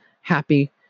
happy